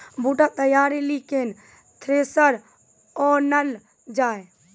बूटा तैयारी ली केन थ्रेसर आनलऽ जाए?